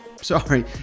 Sorry